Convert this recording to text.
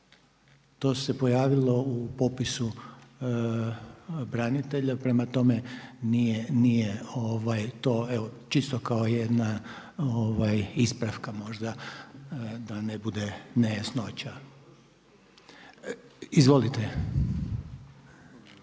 to se pojavilo u popisu branitelja, prema tome nije to, evo čisto kao jedna ispravka možda da ne bude nejasnoća. Izvolite.